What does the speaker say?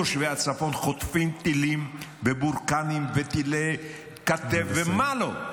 תושבי הצפון חוטפים טילים ובורקאנים וטילי כתף ומה לא.